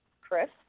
Chris